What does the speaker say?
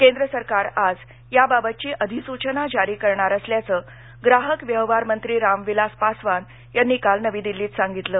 केंद्र सरकार आज याबाबतघी अधिसूचना जारी करणार असल्याचं ग्राहक व्यवहार मंत्री रामविलास पासवान यांनी काल नवी दिल्लीत सांगितलं